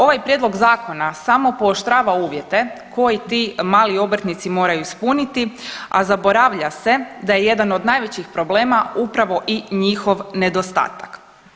Ovaj prijedlog zakona samo pooštrava uvjete koji ti mali obrtnici moraju ispuniti, a zaboravlja se da je jedan od najvećih problema upravo i njihov nedostatak.